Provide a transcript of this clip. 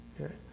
okay